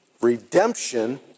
redemption